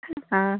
ആ